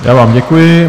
Já vám děkuji.